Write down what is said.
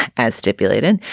as stipulated.